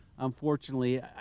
Unfortunately